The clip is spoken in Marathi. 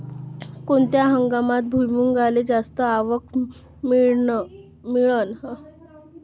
कोनत्या हंगामात भुईमुंगाले जास्त आवक मिळन?